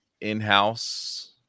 in-house